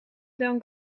dank